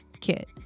kit